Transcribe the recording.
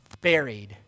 buried